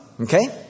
Okay